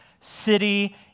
city